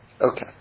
Okay